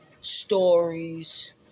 stories